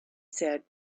said